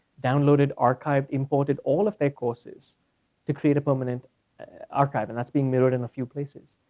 downloaded archived imported all of their courses to create a permanent archive. and that's being mirrored in a few places.